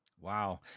Wow